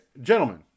gentlemen